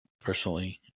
Personally